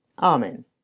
Amen